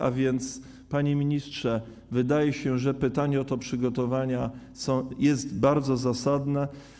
A więc, panie ministrze, wydaje się, że pytanie o te przygotowania jest bardzo zasadne.